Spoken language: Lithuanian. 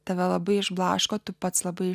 tave labai išblaško tu pats labai